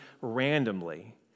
randomly